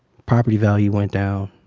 property value went down.